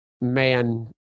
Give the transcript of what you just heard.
man